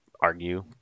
argue